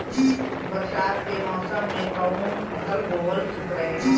बरसात के मौसम में कउन फसल बोअल ठिक रहेला?